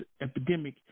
epidemic